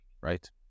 right